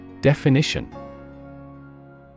Definition